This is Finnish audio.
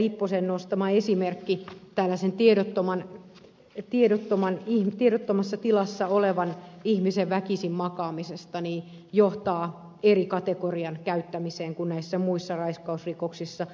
lipposen nostama esimerkki tällaisen tiedottomassa tilassa olevan ihmisen väkisinmakaamisesta johtaa eri kategorian käyttämiseen kuin näissä muissa raiskausrikoksissa